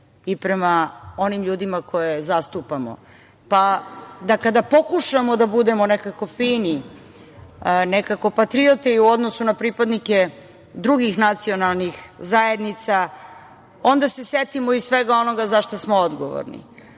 i prema onim ljudima koje zastupamo, pa kada pokušamo da budemo nekako fini, nekako patriote u odnosu na pripadnike drugih nacionalnih zajednica, onda se setimo i svega onoga za šta smo odgovorni.